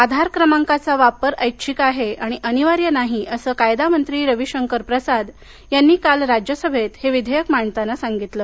आधार क्रमांकाचा वापर ऐच्छिक आहे आणि अनिवार्य नाही असं कायदा मंत्री रवीशंकर प्रसाद यांनी काल राज्यसभेत हे विधेयक मांडताना सांगितलं